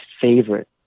favorite